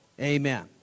Amen